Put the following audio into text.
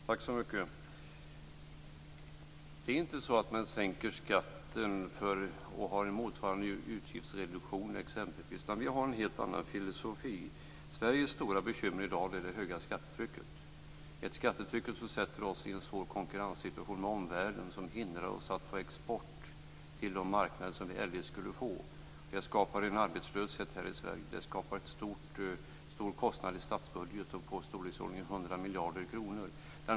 Fru talman! Det är inte så att man sänker skatten och har en motsvarande utgiftsreduktion exempelvis. Vi har en helt annan filosofi. Sveriges stora bekymmer i dag är det höga skattetrycket - ett skattetryck som försätter oss i en svår konkurrenssituation gentemot omvärlden och som hindrar oss att få den export till marknader som vi eljest skulle få. Det skapar arbetslöshet i Sverige och en stor kostnad i statsbudgeten. Det rör sig om i storleksordningen 100 miljarder kronor.